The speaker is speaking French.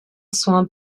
soin